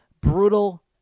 brutal